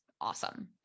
awesome